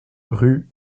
rue